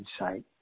insight